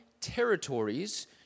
territories